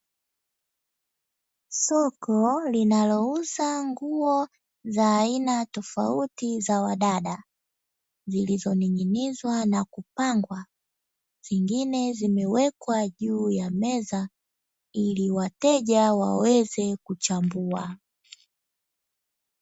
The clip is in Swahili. Soko linalouza nguo za aina tofauti za wadada, zilizoning'inizwa na kupangwa; zingine zimewekwa juu ya meza ili wateja waweze kuchambua.